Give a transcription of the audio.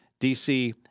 DC